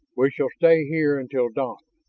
we shall stay here until dawn.